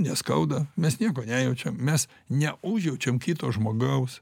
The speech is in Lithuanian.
neskauda mes nieko nejaučiam mes neužjaučiam kito žmogaus